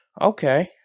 Okay